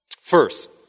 First